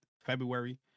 February